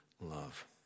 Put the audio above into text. love